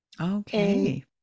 Okay